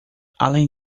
além